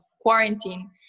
quarantine